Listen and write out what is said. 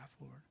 Lord